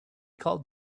called